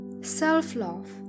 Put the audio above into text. self-love